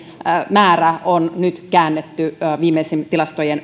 määrä on nyt käännetty thln viimeisimpien tilastojen